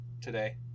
today